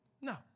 No